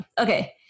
Okay